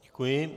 Děkuji.